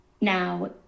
Now